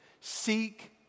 Seek